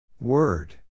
Word